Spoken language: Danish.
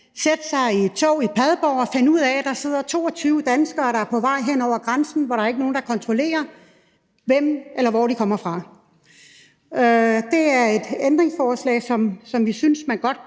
satte sig i et tog i Padborg og fandt ud af, at der sad 22 danskere, der var på vej hen over grænsen, og der var ikke nogen, der kontrollerede, hvem de var, eller hvor de kom fra. Så det er et ændringsforslag om det, for vi synes godt, man